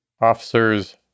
Officers